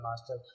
Master